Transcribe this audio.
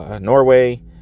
Norway